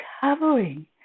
covering